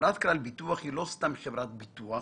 חברת כלל ביטוח היא לא סתם חברת ביטוח